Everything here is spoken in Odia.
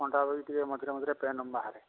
ଅଣ୍ଟା ଟିକିଏ ମଝିରେ ମଝିରେ ପେନ୍ ବାହାରେ